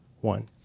One